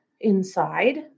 inside